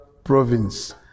province